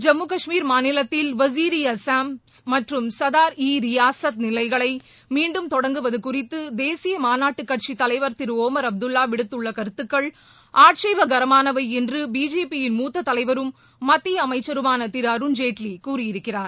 ஜம்மு கஷ்மீர் மாநிலத்தில் வஷீர் ஈ அஸாம் மற்றும் சதார் ஈ ரியாஷத் நிலைகளை மீண்டும் தொடங்குவது குறித்து தேசிய மாநாட்டுக் கட்சித் தலைவர் திரு ஒமர் அப்பதுல்லா விடுத்துள்ள கருத்துக்கள் ஆட்சேபகரமானவை என்று பிஜேபி யின் மூத்த தலைவரும் மத்திய அமைச்சருமான திரு அருண்ஜேட்லி கூறியிருக்கிறார்